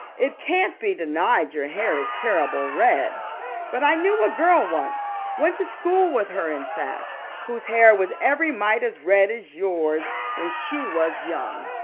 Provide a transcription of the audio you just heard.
it can't be denied your hair is terrible red but i knew a girl once went to school with her, in fact whose hair was every mite as red as yours when she was young,